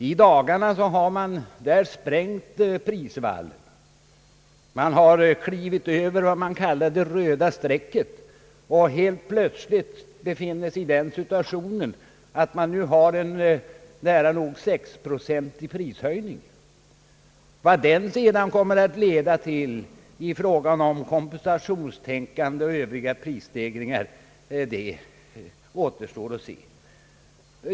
I dagarna har man där sprängt prisval len, man har klivit över vad man kallar det röda strecket och befinner sig helt plötsligt i den situationen att man har fått en nära nog 6-procentig prishöjning. Vad den sedan kommer att leda till i fråga om kompensationstänkande och övriga prisstegringar återstår att se.